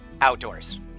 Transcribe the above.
outdoors